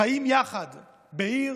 וחיים יחד בעיר